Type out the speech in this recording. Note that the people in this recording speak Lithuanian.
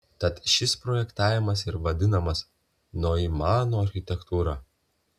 tad šis projektavimas ir vadinamas noimano architektūra